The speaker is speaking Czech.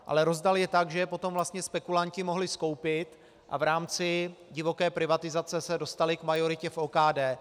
Ale rozdal je tak, že je potom vlastně spekulanti mohli skoupit a v rámci divoké privatizace se dostali k majoritě v OKD.